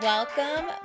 Welcome